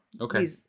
Okay